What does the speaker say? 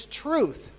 truth